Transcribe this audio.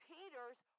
Peter's